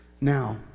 Now